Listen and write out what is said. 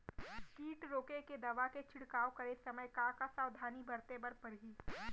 किट रोके के दवा के छिड़काव करे समय, का का सावधानी बरते बर परही?